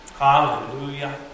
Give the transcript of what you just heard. Hallelujah